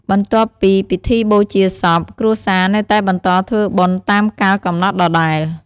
បន្ទាប់ពីពិធីបូជាសព គ្រួសារនៅតែបន្តធ្វើបុណ្យតាមកាលកំណត់ដដែល។